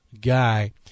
guy